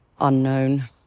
Unknown